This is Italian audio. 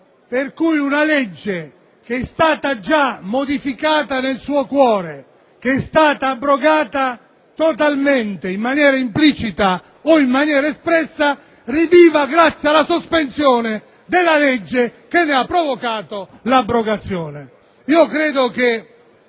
- che una legge già modificata nel suo cuore e abrogata totalmente, in maniera implicita o espressa, riviva grazie alla sospensione della legge che ne ha provocato l'abrogazione.